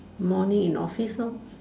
morning in office lor